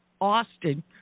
Austin